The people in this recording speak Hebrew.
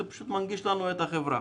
זה פשוט מנגיש לנו את החברה.